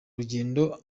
rugendo